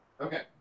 Okay